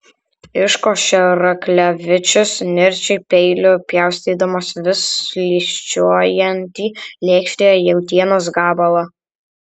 iškošė raklevičius nirčiai peiliu pjaustydamas vis slysčiojantį lėkštėje jautienos gabalą